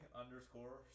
underscore